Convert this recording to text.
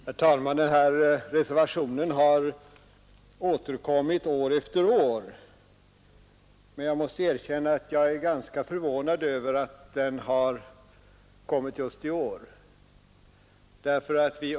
Herr talman! Den här reservationen har återkommit år efter år, men jag måste erkänna att jag är ganska förvånad över att den har kommit den här gången.